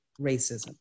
racism